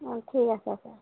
অঁ ঠিক আছে ছাৰ